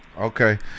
Okay